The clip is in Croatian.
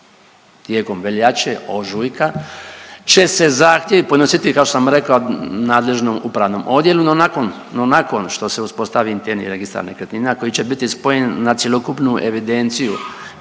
tijekom veljače, ožujka će se zahtjevi podnositi kao što sam rekao nadležnom upravnom odjelu. No nakon što se uspostavi interni registar nekretnina koji će biti spojen na cjelokupnu evidenciju